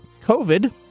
COVID